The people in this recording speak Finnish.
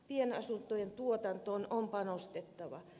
pienasuntojen tuotantoon on panostettava